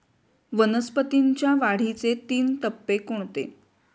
वनस्पतींच्या वाढीचे तीन टप्पे कोणते?